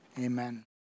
Amen